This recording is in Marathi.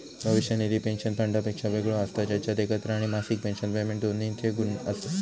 भविष्य निधी पेंशन फंडापेक्षा वेगळो असता जेच्यात एकत्र आणि मासिक पेंशन पेमेंट दोन्हिंचे गुण हत